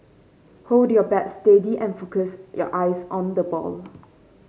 hold your bat steady and focus your eyes on the ball